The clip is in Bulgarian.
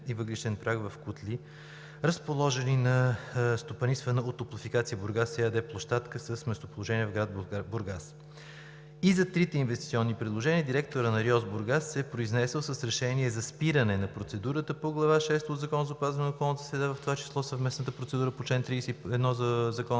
и въглищен прах, в котли, разположени на стопанисване от „Топлофикация – Бургас“ ЕАД площадка, с местоположение в град Бургас. И за трите инвестиционни предложения директорът на РИОСВ – Бургас, се е произнесъл с решение за спиране на процедурата по Глава шеста от Закона за опазване на околната среда, в това число и съвместната процедура по чл. 31 от Закона